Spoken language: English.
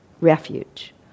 refuge